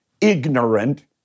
ignorant